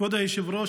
כבוד היושב-ראש,